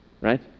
right